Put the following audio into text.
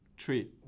three